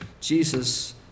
Jesus